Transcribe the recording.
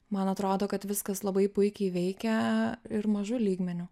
man atrodo kad viskas labai puikiai veikia ir mažu lygmeniu